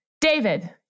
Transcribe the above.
David